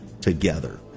together